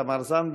תמר זנדברג,